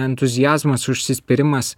entuziazmas užsispyrimas